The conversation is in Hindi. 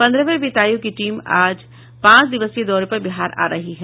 पंद्रहवे वित्त आयोग की टीम आज पांच दिवसीय दौरे पर बिहार आ रही है